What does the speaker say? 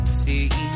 see